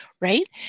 right